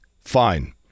Fine